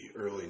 early